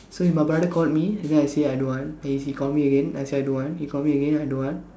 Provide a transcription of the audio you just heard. so if my brother called me and then I say I don't want and then he call me again I say I don't want then he call me again I don't want